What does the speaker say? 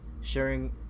sharing